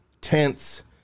tents